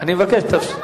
אני לוקחת את הנתונים